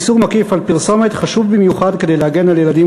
איסור מקיף על פרסומת חשוב במיוחד כדי להגן על ילדים